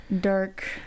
Dark